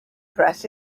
press